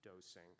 dosing